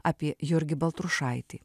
apie jurgį baltrušaitį